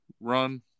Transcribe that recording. run